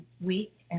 week